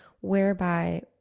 whereby